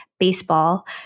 baseball